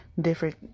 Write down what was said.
different